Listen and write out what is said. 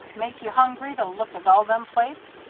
make you hungry to look at all them plates?